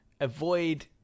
avoid